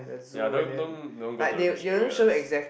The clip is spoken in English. ya don't don't don't go to the rich areas